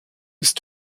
bist